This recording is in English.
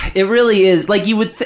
it really is, like you would,